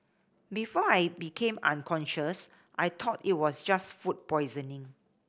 before I became unconscious I tought it was just food poisoning